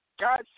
God